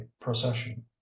procession